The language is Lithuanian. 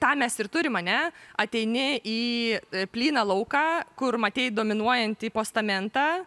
tą mes ir turim ane ateini į plyną lauką kur matei dominuojantį postamentą